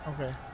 okay